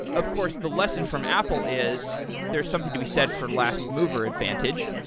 of course, the lesson from apple is there is something to be said for last mover advantage.